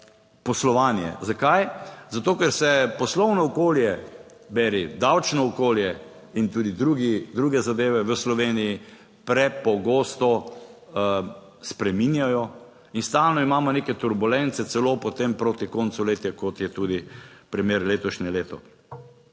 poslovanje. Zakaj? Zato, ker se poslovno okolje, beri davčno okolje in tudi drugi, druge zadeve v Sloveniji prepogosto spreminjajo in stalno imamo neke turbulence, celo potem proti koncu leta, kot je tudi primer letošnje leto.